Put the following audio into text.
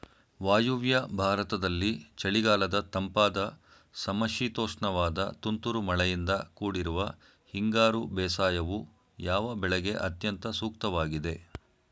ವಾಯುವ್ಯ ಭಾರತದಲ್ಲಿ ಚಳಿಗಾಲದ ತಂಪಾದ ಸಮಶೀತೋಷ್ಣವಾದ ತುಂತುರು ಮಳೆಯಿಂದ ಕೂಡಿರುವ ಹಿಂಗಾರು ಬೇಸಾಯವು, ಯಾವ ಬೆಳೆಗೆ ಅತ್ಯಂತ ಸೂಕ್ತವಾಗಿದೆ?